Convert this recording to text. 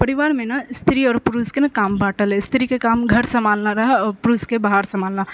परिवारमे ने स्त्री आओर पुरुषके ने काम बाँटल अछि स्त्रीके काम घर सम्हालना रहै आओर पुरुषके बाहर सम्हालना